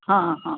हाँ हाँ